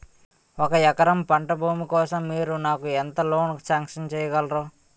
ఒక ఎకరం పంట భూమి కోసం మీరు నాకు ఎంత లోన్ సాంక్షన్ చేయగలరు?